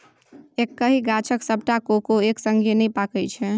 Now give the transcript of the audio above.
एक्कहि गाछक सबटा कोको एक संगे नहि पाकय छै